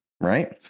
right